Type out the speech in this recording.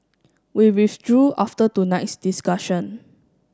we withdrew after tonight's discussion